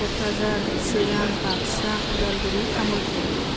Kokrajhar Chirang Baksa Udalguri Tamulpur